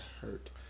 hurt